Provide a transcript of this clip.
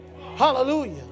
Hallelujah